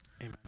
Amen